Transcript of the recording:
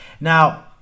Now